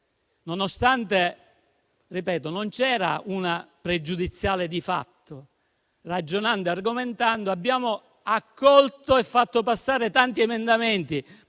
nonostante non vi fosse una pregiudiziale di fatto, ragionando e argomentando, abbiamo accolto e fatto passare tanti emendamenti,